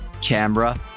camera